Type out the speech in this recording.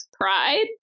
Pride